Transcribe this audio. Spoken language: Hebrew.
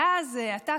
ואז אתה,